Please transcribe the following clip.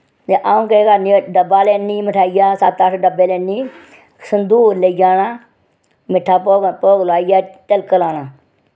ते अ'ऊं केह् करनी डब्बा लैन्नी मठाइये दा सत्त अट्ठ डब्बे लैन्नी संदूर लेई जाना मिट्ठा भोग भोग लोआइयै तिलक लाना